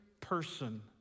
person